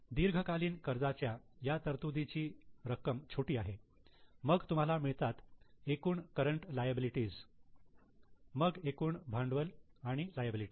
दीर्घकालीन कर्जाच्या या तरतुदीची ची रक्कम छोटी आहे मग तुम्हाला मिळतात एकूण करंट लायबिलिटी मग एकूण भांडवल आणि लायबिलिटी